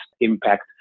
impact